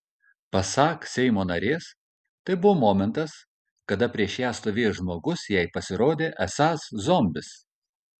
pasak seimo narės tai buvo momentas kada prieš ją stovėjęs žmogus jai pasirodė esąs zombis